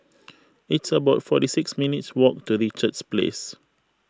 it's about forty six minutes' walk to Richards Place